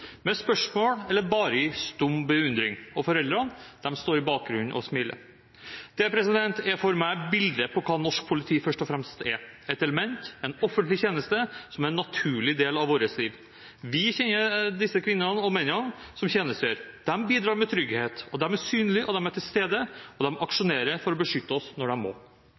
med spørsmål eller bare i stum beundring. Og foreldrene står i bakgrunnen og smiler. Det er for meg bildet på hva norsk politi først og fremst er: et element, en offentlig tjeneste som er en naturlig del av våre liv. Vi kjenner disse kvinnene og mennene som tjenestegjør. De bidrar med trygghet, de er synlige og til stede, og de aksjonerer for å beskytte oss når de må.